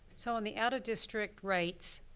so in the out-of-district rights,